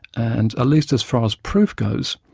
and at least as far as proof goes,